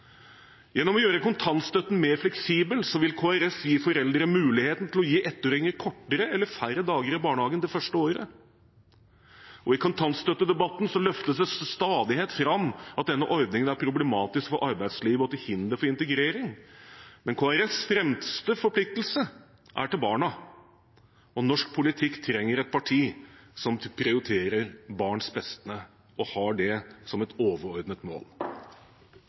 Gjennom å gjøre kontantstøtten mer fleksibel vil Kristelig Folkeparti gi foreldre muligheten til å gi ettåringene kortere eller færre dager i barnehagen det første året. I kontantstøttedebatten løftes det til stadighet fram at denne ordningen er problematisk for arbeidslivet og til hinder for integreringen. Men Kristelig Folkepartis fremste forpliktelse er overfor barna, og norsk politikk trenger et parti som prioriterer barns beste og har det som et overordnet mål.